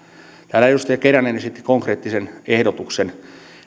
täällä edustaja keränen esitti konkreettisen ehdotuksen